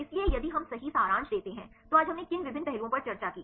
इसलिए यदि हम सही सारांश देते हैं तो आज हमने किन विभिन्न पहलुओं पर चर्चा की